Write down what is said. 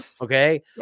Okay